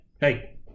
hey